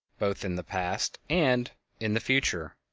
both in the past and in the future.